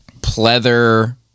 pleather